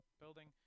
building